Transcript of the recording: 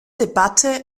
debatte